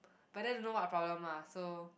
but then don't know what problem lah so